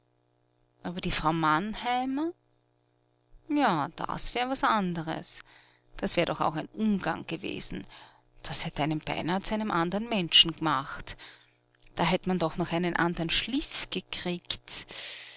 aber die frau mannheimer ja das wär was anders das wär doch auch ein umgang gewesen das hätt einen beinah zu einem andern menschen gemacht da hätt man doch noch einen andern schliff gekriegt